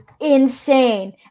insane